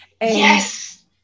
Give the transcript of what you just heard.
Yes